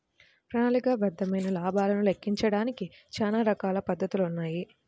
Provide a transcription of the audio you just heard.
ప్రణాళికాబద్ధమైన లాభాలను లెక్కించడానికి చానా రకాల పద్ధతులున్నాయి